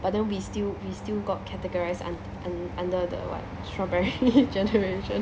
but then we still we still got categorised un~ un~ under the [what] strawberry generation